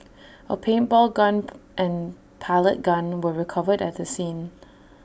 A paintball gun and pellet gun were recovered at the scene